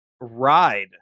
Ride